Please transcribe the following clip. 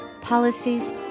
policies